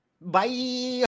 Bye